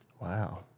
Wow